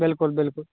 बिलकुल बिलकुल